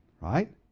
Right